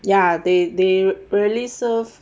ya they they rarely served